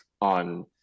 on